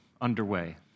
underway